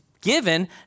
given